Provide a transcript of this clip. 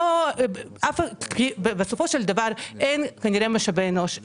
כנראה אין משאבי אנוש,